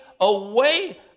away